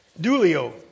dulio